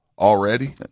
Already